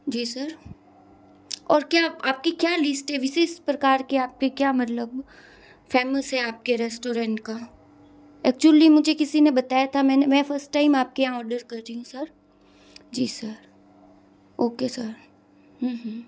जी sir और क्या आप आपकी क्या लिस्ट है विशेष प्रकार के आपके क्या मतलब फ़ेमस है आपके रेस्टोरेंट का एक्चुअली मुझे किसी ने बताया था मैं मैं फर्स्ट टाइम आपके यहाँ पर ऑर्डर कर रही हूँ सर जी सर ओके सर